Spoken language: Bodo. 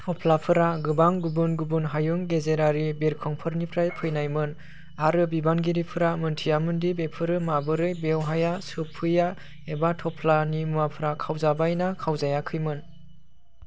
थफ्लाफोरा गोबां गुबुन गुबुन हायुं गेजेरारि बिरखंफोरनिफ्राय फैनायमोन आरो बिबानगिरिफोरा मोन्थियामोनदि बेफोरो माबोरै बेवहाय सफैया एबा थफ्लानि मुवाफ्रा खावजाबायना खावजायाखैमोन